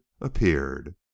appeared